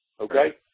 okay